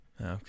Okay